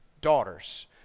daughters